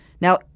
now